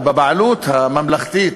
או בבעלות הממלכתית,